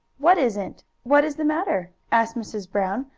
what isn't? what is the matter? asked mrs. brown,